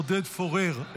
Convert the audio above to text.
עודד פורר,